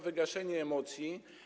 wygaszenie emocji.